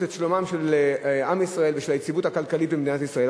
את שלומם של עם ישראל ושל היציבות הכלכלית במדינת ישראל,